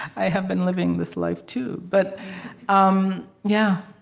i have been living this life too. but um yeah,